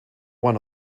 one